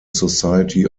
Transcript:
society